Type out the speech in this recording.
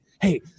Hey